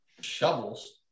Shovels